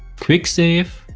quicksave.